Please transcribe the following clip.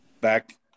back